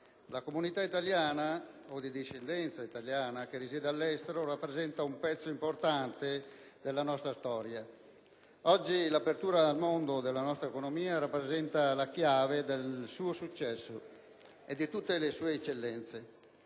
La comunità italiana o di discendenza italiana che risiede all'estero rappresenta un pezzo importante della nostra storia. Oggi, l'apertura al mondo della nostra economia rappresenta la chiave del suo successo e di tutte le sue eccellenze.